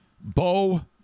Bo